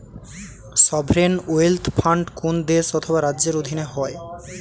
sovereign wealth fund কোন দেশ অথবা রাজ্যের অধীনে হয়